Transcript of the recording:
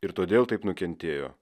ir todėl taip nukentėjo